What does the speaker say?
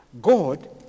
God